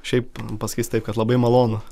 šiaip pasakysiu taip kad labai malonu